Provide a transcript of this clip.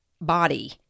body